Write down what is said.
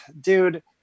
dude